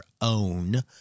own